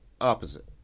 opposite